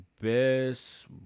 best